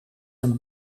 een